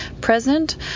present